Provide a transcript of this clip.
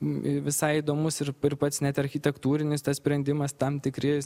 visai įdomus ir pats net architektūrinis tas sprendimas tam tikri